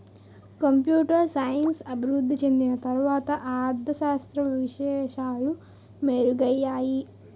computer science అభివృద్ధి చెందిన తర్వాత అర్ధ శాస్త్ర విశేషాలు మెరుగయ్యాయి